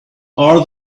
are